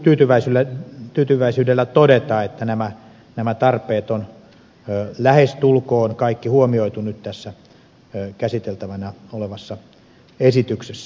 täytyy tyytyväisyydellä todeta että nämä tarpeet on lähestulkoon kaikki huomioitu nyt tässä käsiteltävänä olevassa esityksessä